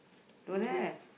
don't have